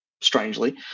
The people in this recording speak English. strangely